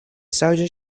soldier